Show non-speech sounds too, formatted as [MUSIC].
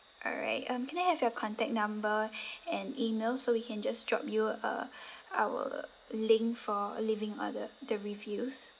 alright um can I have your contact number [BREATH] and email so we can just drop you uh [BREATH] our link for leaving all the the reviews